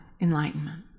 enlightenment